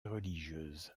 religieuse